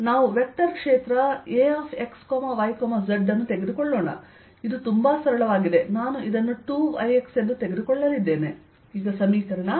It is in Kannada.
ನಾವು ವೆಕ್ಟರ್ ಕ್ಷೇತ್ರ Ax y zಅನ್ನು ತೆಗೆದುಕೊಳ್ಳೋಣ ಇದು ತುಂಬಾ ಸರಳವಾಗಿದೆ ನಾನು ಇದನ್ನು 2yx ಎಂದು ತೆಗೆದುಕೊಳ್ಳಲಿದ್ದೇನೆ